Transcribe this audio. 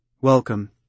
Welcome